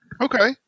Okay